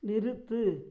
நிறுத்து